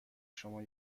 شما